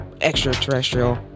extraterrestrial